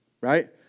right